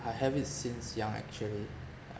I have it since young actually uh